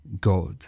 God